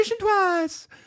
twice